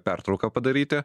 pertrauką padaryti